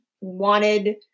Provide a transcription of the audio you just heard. wanted